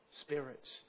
spirits